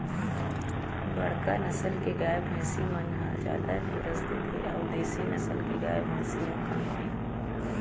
बड़का नसल के गाय, भइसी मन ह जादा गोरस देथे अउ देसी नसल के गाय, भइसी ह कमती